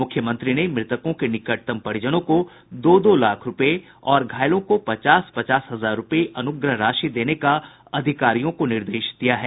मुख्यमंत्री ने मुतकों के निकटतम परिजनों को दो दो लाख रूपये और घायलों को पचास पचास हजार रूपये अनुग्रह राशि देने का अधिकारियों को निर्देश दिया है